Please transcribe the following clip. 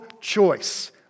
choice